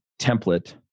template